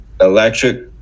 electric